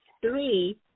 three